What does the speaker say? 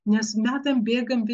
nes metam bėgant